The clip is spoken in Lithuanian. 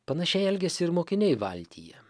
panašiai elgiasi ir mokiniai valtyje